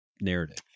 narrative